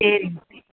சேரிங்க ஓகேங்க